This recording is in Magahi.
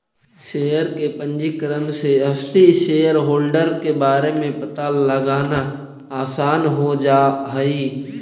शेयर के पंजीकरण से असली शेयरहोल्डर के बारे में पता लगाना आसान हो जा हई